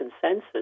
consensus